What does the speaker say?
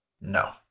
No